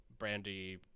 Brandy